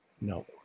No